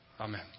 Amen